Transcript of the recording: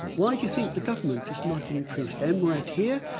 why do you think the government has not increased and mrat? here,